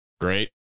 Great